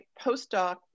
postdoc